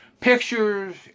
pictures